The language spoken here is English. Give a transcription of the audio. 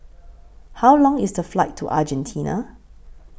How Long IS The Flight to Argentina